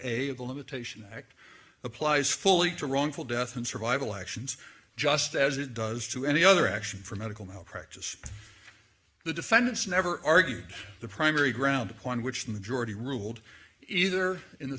the limitation act applies fully to wrongful death and survival actions just as it does to any other action for medical malpractise the defendants never argued the primary ground upon which the majority ruled either in the